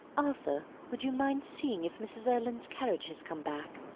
arthur, would you mind seeing if mrs. erlynne's carriage has come back?